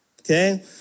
Okay